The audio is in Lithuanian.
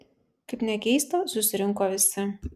kaip nekeista susirinko visi